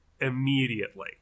immediately